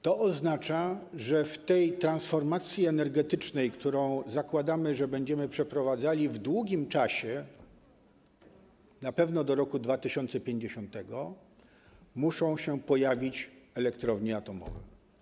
To oznacza, że w tej transformacji energetycznej, co do której zakładamy, że będziemy ją przeprowadzali w długim czasie, na pewno do roku 2050, muszą pojawić się elektrownie atomowe.